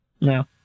No